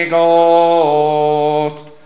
Ghost